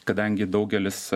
kadangi daugelis